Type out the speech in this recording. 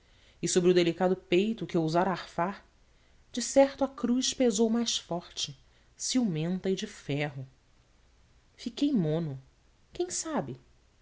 e sobre o delicado peito que ousara arfar decerto a cruz pesou mais forte ciumenta e de ferro fiquei mono quem sabe